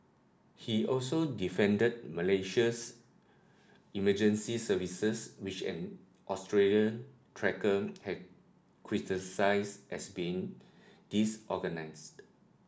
he also defended Malaysia's emergency services which an Australian trekker had criticised as being disorganised